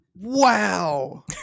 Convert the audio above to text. wow